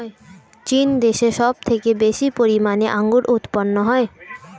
চীন দেশে সব থেকে বেশি পরিমাণে আঙ্গুর উৎপন্ন হয়